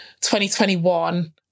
2021